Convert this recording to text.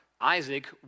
Isaac